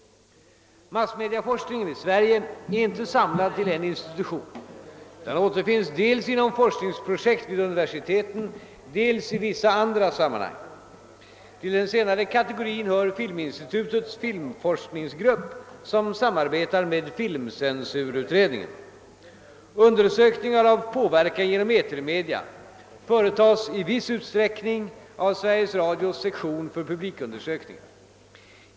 Massmediaforskningen i Sverige är inte samlad till en institution utan återfinns dels inom forskningsprojekt vid universiteten, dels i vissa andra sammanhang. Till den senare kategorin hör filminstitutets filmforskningsgrupp som samarbetar med filmcensurutredningen. Undersökningar av påverkan genom etermedia företas i viss utsträckning av Sveriges Radios sektion för publikundersökningar.